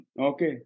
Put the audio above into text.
Okay